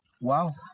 wow